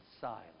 silent